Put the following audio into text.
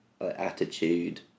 attitude